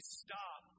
stop